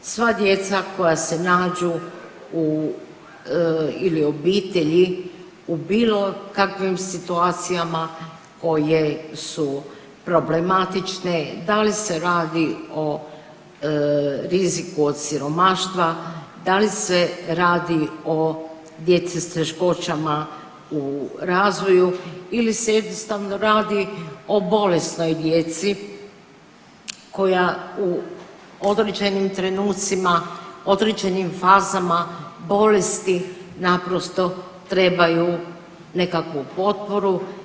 Sva djeca koja se nađu ili obitelji u bilo kakvim situacijama koje su problematične, da li se radi o riziku od siromaštva, da li se radi o djeci s teškoćama u razvoju ili se jednostavno radi o bolesnoj djeci koja u određenim trenucima, određenim fazama bolesti naprosto trebaju nekakvu potporu.